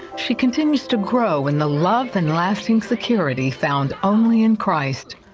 she continues to grow in the love and lasting security found only in christ.